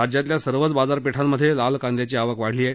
राज्यातील सर्वच बाजार पेठांमध्ये लाल कांद्याची आवक वाढली आहे